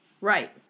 Right